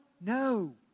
No